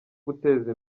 guteza